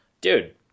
dude